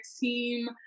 team